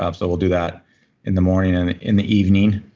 um so we'll do that in the morning and in the evening.